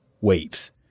waves